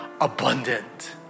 abundant